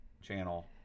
channel